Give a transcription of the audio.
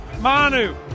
Manu